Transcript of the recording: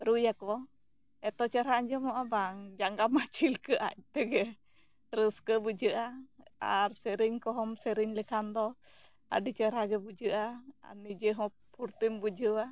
ᱨᱩᱭᱟᱠᱚ ᱮᱛᱚ ᱪᱮᱨᱦᱟ ᱟᱸᱡᱚᱢᱚᱜᱼᱟ ᱵᱟᱝ ᱡᱟᱸᱜᱟ ᱢᱟ ᱪᱷᱤᱞᱠᱟᱜᱼᱟ ᱟᱡ ᱛᱮᱜᱮ ᱨᱟᱹᱥᱠᱟ ᱵᱩᱡᱷᱟᱹᱜᱼᱟ ᱟᱨ ᱥᱮᱨᱮᱧ ᱠᱚᱦᱚᱢ ᱥᱮᱨᱮᱧ ᱞᱮᱠᱷᱟᱱ ᱫᱚ ᱟᱹᱰᱤ ᱪᱮᱨᱦᱟ ᱜᱮ ᱵᱩᱡᱷᱟᱹᱜᱼᱟ ᱟᱨ ᱱᱤᱡᱮ ᱦᱚᱸ ᱯᱷᱩᱨᱛᱤᱢ ᱵᱩᱡᱷᱟᱹᱣᱟ